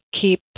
keep